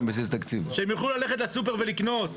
שהם יוכלו ללכת לסופר ולקנות.